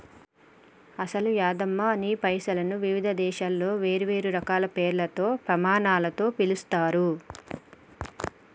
అసలు యాదమ్మ నీ పైసలను వివిధ దేశాలలో వేరువేరు రకాల పేర్లతో పమానాలతో పిలుస్తారు